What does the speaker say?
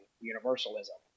universalism